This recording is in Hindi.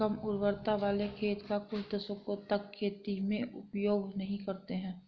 कम उर्वरता वाले खेत का कुछ दशकों तक खेती में उपयोग नहीं करते हैं